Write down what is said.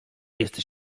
jesteś